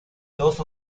dos